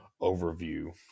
overview